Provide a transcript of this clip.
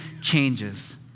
changes